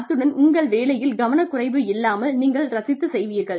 அத்துடன் உங்கள் வேலையில் கவனக்குறைவு இல்லாமல் நீங்கள் ரசித்து செய்வீர்கள்